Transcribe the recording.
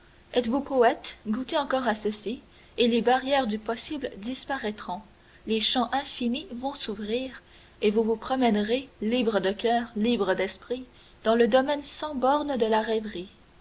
êtes-vous poète goûtez encore à ceci et les barrières du possible disparaîtront les champs de l'infini vont s'ouvrir vous vous promènerez libre de coeur libre d'esprit dans le domaine sans bornes de la